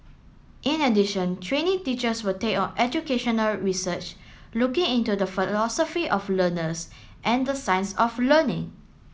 in addition trainee teachers will take on educational research looking into the of learners and the science of learning